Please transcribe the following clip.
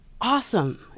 awesome